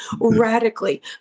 radically